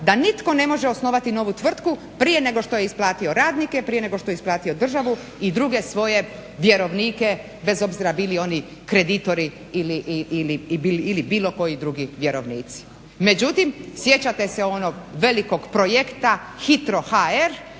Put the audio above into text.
da nitko ne može osnovati novu tvrtku prije nego što je isplatio radnike, prije nego što je isplatio državu i druge svoje vjerovnike bez obzira bili oni kreditori ili bilo koji drugi vjerovnici. Međutim, sjećate se onog velikog projekta Hitro.hr,